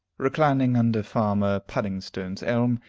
reclining under farmer puddingstone's elm,